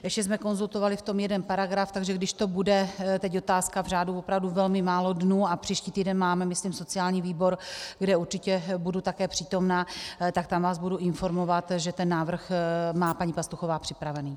Ještě jsme konzultovali v tom jeden paragraf, takže když to bude, teď je otázka, v řádu opravdu velmi málo dnů a příští týden máme myslím sociální výbor, kde určitě budu také přítomna, tak tam vás budu informovat, že ten návrh má paní Pastuchová připraven.